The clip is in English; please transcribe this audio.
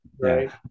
right